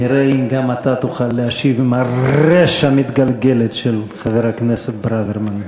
נראה אם גם אתה תוכל להשיב עם הרי"ש המתגלגלת של חבר הכנסת ברוורמן.